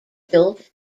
built